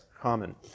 common